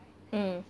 mm